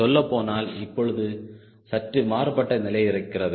சொல்லப்போனால் இப்பொழுது சற்று மாறுபட்ட நிலை இருக்கிறது